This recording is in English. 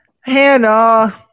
hannah